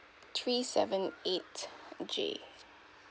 three seven eight J